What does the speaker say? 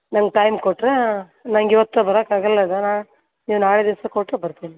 ನಂಗೆ ಟೈಮ್ ಕೊಟ್ಟರೆ ನಂಗೆ ಇವತ್ತೇ ಬರೋಕ್ಕಾಗಲ್ಲದ ನಾ ನೀವು ನಾಳೆ ದಿವಸ ಕೊಟ್ರೆ ಬರ್ತೀನಿ